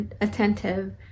attentive